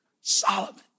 Solomon